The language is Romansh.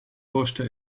posta